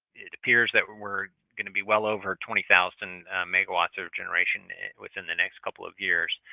it appears that we're we're going to be well over twenty thousand megawatts of generation within the next couple of years.